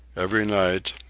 every night,